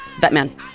Batman